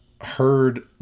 Heard